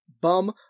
bum